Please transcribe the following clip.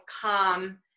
calm